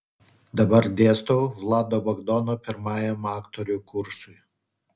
dabar dėstau vlado bagdono pirmajam aktorių kursui